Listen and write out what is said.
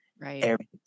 right